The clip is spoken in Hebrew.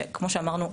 שכמו שאמרנו,